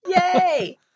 Yay